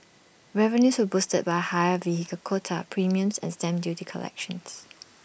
revenues were boosted by higher vehicle quota premiums and stamp duty collections